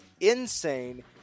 Insane